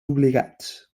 obligats